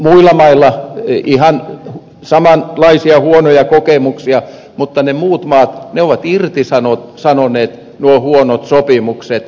muilla mailla on ihan samanlaisia huonoja kokemuksia mutta ne muut maat ovat irtisanoneet nuo huonot sopimukset